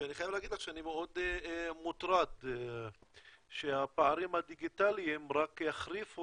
ואני חייב להגיד לך שאני מאוד מוטרד שהפערים הדיגיטליים רק יחריפו